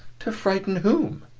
to frighten whom?